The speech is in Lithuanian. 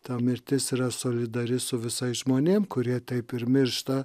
ta mirtis yra solidari su visais žmonėm kurie taip ir miršta